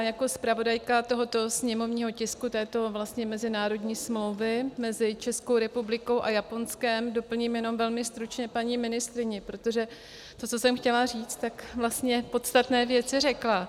Jako zpravodajka tohoto sněmovního tisku, této vlastně mezinárodní smlouvy mezi Českou republikou a Japonskem, doplním velmi stručně paní ministryni, protože co jsem chtěla říct, tak vlastně podstatné věci řekla.